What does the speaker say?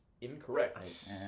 incorrect